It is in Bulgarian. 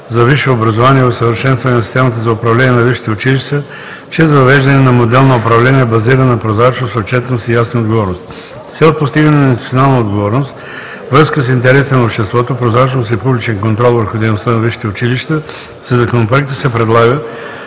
за висше образование и усъвършенстване на системата за управление на висшите училища чрез въвеждане на модел на управление, базиран на прозрачност, отчетност и ясни отговорности. С цел постигане на институционална отговорност, връзка с интересите на обществото, прозрачност и публичен контрол върху дейността на висшите училища със Законопроекта се предлага